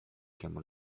camel